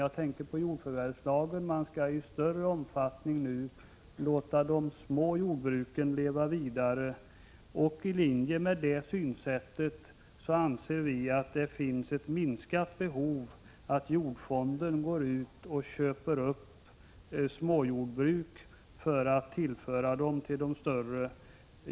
Jag tänker på jordförvärvslagen. Man skall nu i större omfattning låta de små jordbruken leva vidare. I linje med det synsättet anser 29 Prot. 1986/87:124 viattbehovet för jordfonden att gå ut och köpa upp små jordbruk som skulle tillföras de större har minskat.